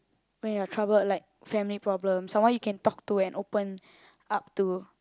when you're troubled like family problems someone you can talk to and open up to